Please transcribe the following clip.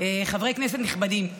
חברי כנסת נכבדים,